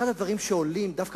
אחד הדברים שעולים דווקא